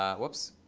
um whoops.